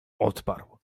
odparł